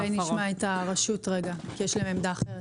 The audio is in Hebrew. אז אולי נשמע את הרשות כי יש להם עמדה אחרת.